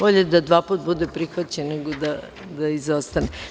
Bolje da dva puta bude prihvaćen nego da izostane.